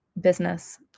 business